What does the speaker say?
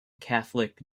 catholic